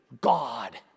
God